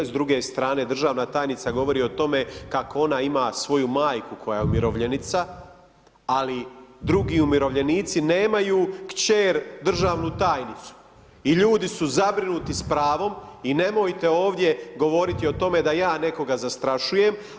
S druge strane državna tajnica govori o tome kako ona ima svoju majku koja je umirovljenica, ali drugi umirovljenici nemaju kćer državnu tajnicu i ljudi su zabrinuti s pravom i nemojte ovdje govoriti o tome da ja nekoga zastrašujem.